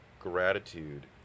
gratitude